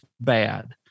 bad